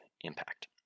impact